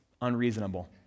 unreasonable